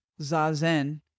Zazen